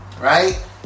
right